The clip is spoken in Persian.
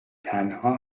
تنها